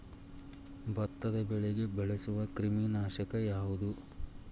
ಭತ್ತದ ಬೆಳೆಗೆ ಬಳಸುವ ಕ್ರಿಮಿ ನಾಶಕ ಯಾವುದು?